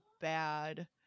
bad